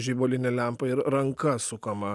žibalinė lempa ir ranka sukama